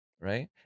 right